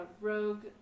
Rogue